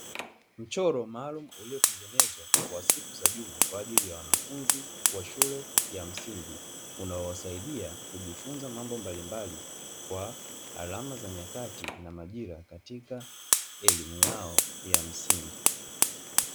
Mchoro maalumu uliotengenezwa kwa siku za juma, kwa ajili ya wanafunzi wa shule ya msingi unaowasaidia kujifunza mambo mbalimbali kwa alama za nyakati na majira katika elimu yao ya msingi.